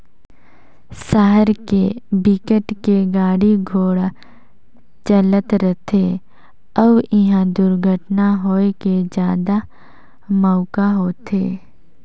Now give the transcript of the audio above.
सहर के बिकट के गाड़ी घोड़ा चलत रथे अउ इहा दुरघटना होए के जादा मउका होथे